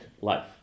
life